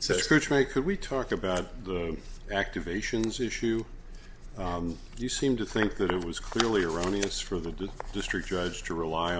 so i could we talk about the activations issue you seem to think that it was clearly erroneous for the district judge to rely